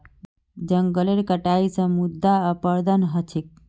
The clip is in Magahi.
जंगलेर कटाई स मृदा अपरदन ह छेक